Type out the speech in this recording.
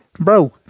Bro